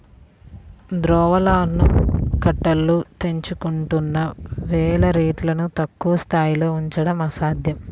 ద్రవ్యోల్బణం కట్టలు తెంచుకుంటున్న వేళ రేట్లను తక్కువ స్థాయిలో ఉంచడం అసాధ్యం